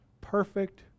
Perfect